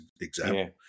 example